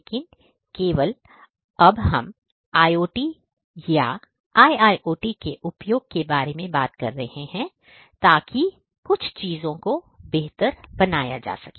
लेकिन केवल अब हम IOT या IIoT के उपयोग के बारे में बात कर रहे हैं ताकि कुछ चीजों को बेहतर बनाया जा सके